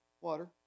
water